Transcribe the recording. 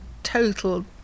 Total